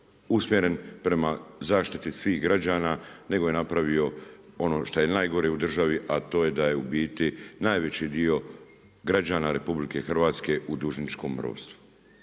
usmjeren prema zaštiti svih građana, nego je napravio ono što je najgore u državi, a to je da je u biti najveći dio građana RH u dužničkom ropstvu.